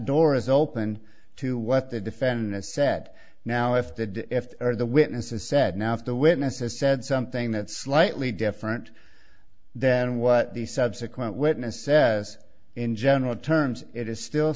door is opened to what the defendant said now if the if the witnesses said now if the witnesses said something that's slightly different than what the subsequent witness says in general terms it is still